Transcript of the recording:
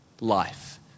life